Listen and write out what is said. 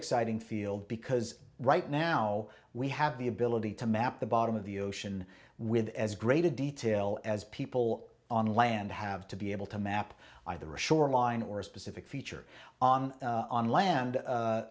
exciting field because right now we have the ability to map the bottom of the ocean with as great a detail as people on land have to be able to map either a shoreline or a specific feature on on land